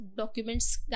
documents